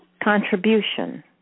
contribution